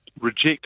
reject